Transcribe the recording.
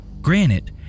Granite